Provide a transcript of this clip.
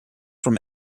from